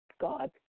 God